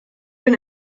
been